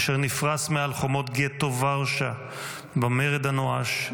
אשר נפרס מעל חומות גטו ורשה במרד הנואש,